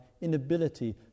inability